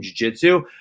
jujitsu